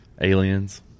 Aliens